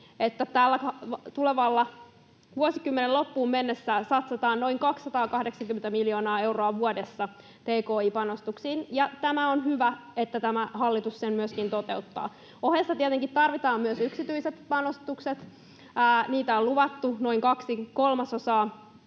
tulevan vuosikymmenen loppuun mennessä satsataan noin 280 miljoonaa euroa vuodessa tki-panostuksiin, ja on hyvä, että tämä hallitus sen myöskin toteuttaa. Ohessa tietenkin tarvitaan myös yksityiset panostukset, ja niitä on luvattu noin kaksi kolmasosaa